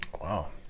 Wow